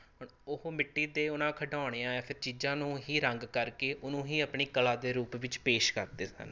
ਹੁਣ ਉਹ ਮਿੱਟੀ ਅਤੇ ਉਹਨਾਂ ਖਿਡੋਣਿਆਂ ਜਾਂ ਫਿਰ ਚੀਜ਼ਾਂ ਨੂੰ ਹੀ ਰੰਗ ਕਰਕੇ ਉਹਨੂੰ ਹੀ ਆਪਣੀ ਕਲਾ ਦੇ ਰੂਪ ਵਿੱਚ ਪੇਸ਼ ਕਰਦੇ ਸਨ